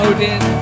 Odin